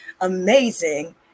amazing